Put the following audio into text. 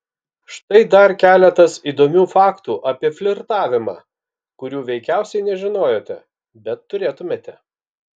štai dar keletas įdomių faktų apie flirtavimą kurių veikiausiai nežinojote bet turėtumėte